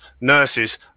nurses